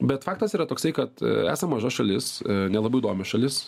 bet faktas yra toksai kad esam maža šalis nelabai įdomi šalis